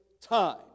time